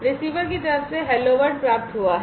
receiver की तरफ से हैलो वर्ल्ड प्राप्त हुआ है